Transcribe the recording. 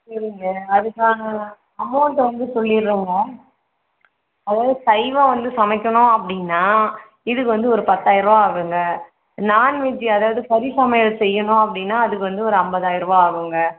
சரிங்க அதுக்கான அமௌண்ட் வந்து சொல்லிடுறோங்க அதாவது சைவம் வந்து சமைக்கணும் அப்படின்னா இதுக்கு வந்து ஒரு பத்தாயிரம் ரூபா ஆகுங்க நான்வெஜ் அதாவது கறி சமையல் செய்யணும் அப்படினா அதுக்கு வந்து ஒரு ஐம்பதாயிர ரூபா ஆகுங்க